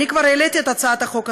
כבר העליתי את הצעת חוק הזאת,